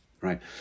right